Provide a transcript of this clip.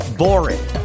boring